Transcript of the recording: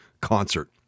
concert